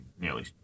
nearly